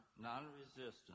non-resistance